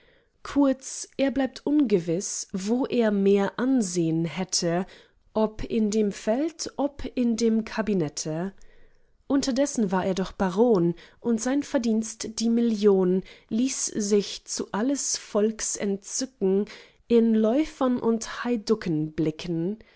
kurz er blieb ungewiß wo er mehr ansehn hätte ob in dem feld ob in dem kabinette indessen war er doch baron und sein verdienst die million ließ sich zu alles volks entzücken in läufern und heiducken blicken